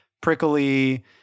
prickly